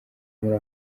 muri